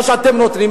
מה שאתם נותנים.